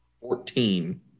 Fourteen